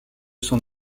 son